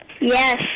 Yes